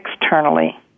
externally